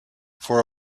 for